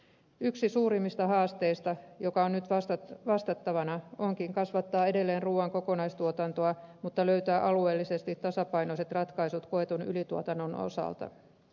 yksi suurimmista haasteista joka on nyt vastattavana onkin kasvattaa edelleen ruuan kokonaistuotantoa mutta löytää alueellisesti tasapainoiset ratkaisut koetun ylituotannon osalta